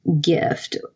gift